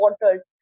waters